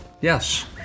Yes